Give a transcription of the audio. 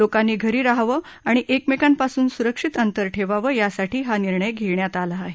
लोकांनी घरी राहावं आणि एकमेकांपासून सुरक्षित अंतर ठेवावं यासाठी हा निर्णय घेण्यात आला आहे